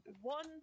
one